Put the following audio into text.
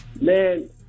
Man